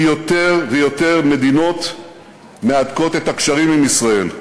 כי יותר ויותר מדינות מהדקות את הקשרים עם ישראל.